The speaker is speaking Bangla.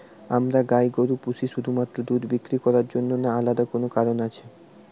আমরা গাই গরু পুষি শুধুমাত্র দুধ বিক্রি করার জন্য না আলাদা কোনো কারণ আছে?